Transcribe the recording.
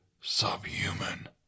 subhuman